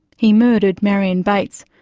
he murdered marian bates,